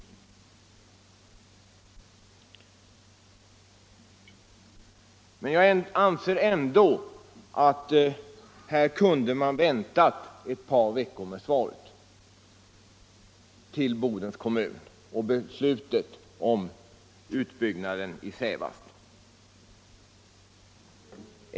Men jag anser ändå att man kunde ha väntat ett par veckor med beskedet till Bodens kommun om beslutet om utbyggnad i Sävast.